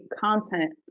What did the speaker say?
content